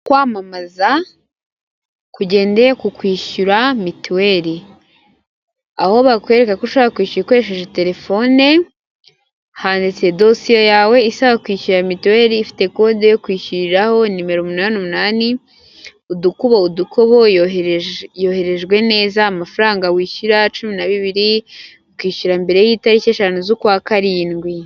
Kwamamaza kugendeye ku kwishyura mitiweri, aho bakwereka ko ushobora kwishyura ukoresheje telefone, handitse dosiye yawe isaba kwishyura mituweli, ifite kode yo kwishyuriraho nimero umunani, umuani, udukubo, udukobo, yoherejwe neza, amafaranga wishyura, cumi na bibiri, ukishyura mbere y'itariki eshanu z'ukwa karindwi.